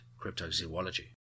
cryptozoology